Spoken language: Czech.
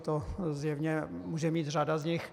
To zjevně může mít řada z nich.